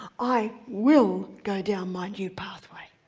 i will go down my new pathway.